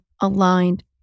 aligned